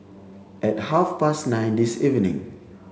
at half past nine this evening